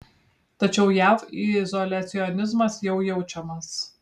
tačiau jav izoliacionizmas jau jaučiamas